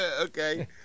Okay